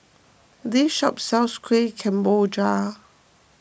this shop sells Kuih Kemboja